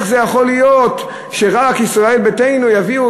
איך זה יכול להיות שרק ישראל ביתנו יביאו